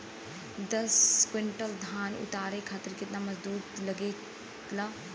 दस क्विंटल धान उतारे खातिर कितना मजदूरी लगे ला?